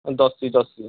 ଦର୍ଶୀ ଦର୍ଶୀ